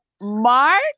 Mark